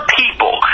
people